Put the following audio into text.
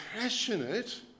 passionate